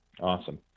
Awesome